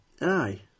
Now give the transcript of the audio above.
Aye